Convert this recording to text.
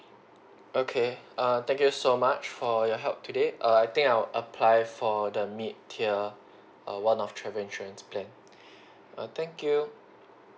okay err thank you so much for your help today err I think I'll apply for the mid tier one of travel insurance plan err thank you